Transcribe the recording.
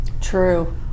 True